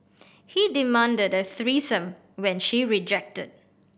he demanded a threesome when she rejected